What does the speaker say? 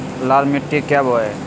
लाल मिट्टी क्या बोए?